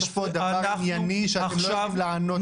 יש פה דבר ענייני שאתם לא יודעים לענות לו.